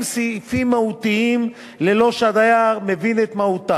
סעיפים מהותיים ללא שהדייר מבין את מהותם,